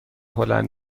هلند